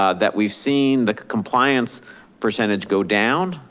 ah that we've seen the compliance percentage go down,